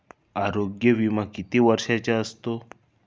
आरोग्य विमा किती वर्षांचा असतो?